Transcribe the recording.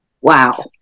Wow